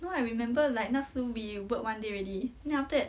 no I remember like 那时 we work one day already then after that